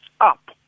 up